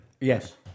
yes